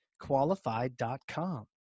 Qualified.com